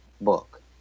book